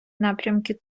напрямки